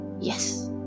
yes